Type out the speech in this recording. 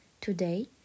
Today